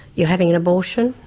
you're having an abortion.